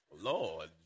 Lord